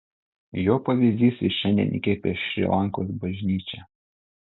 jo pavyzdys ir šiandien įkvepia šri lankos bažnyčią